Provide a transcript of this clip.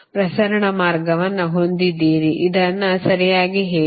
ಪ್ರಸರಣ ಮಾರ್ಗವನ್ನು ಹೊಂದಿದ್ದೀರಿ ಇದನ್ನು ಸರಿಯಾಗಿ ಹೇಳಿ